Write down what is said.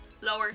lower